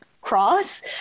cross